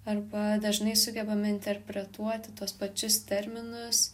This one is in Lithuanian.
arba dažnai sugebame interpretuoti tuos pačius terminus